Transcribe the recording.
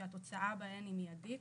שהתוצאה בהן היא מיידית,